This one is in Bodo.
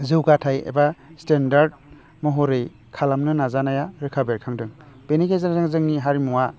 जौगाथाइ एबा स्थेनडार्थ महरै खालामनो नाजानाया रोखा बेरखांदों बेनि गेजेरजों जोंनि हारिमुआ